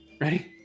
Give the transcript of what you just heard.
Ready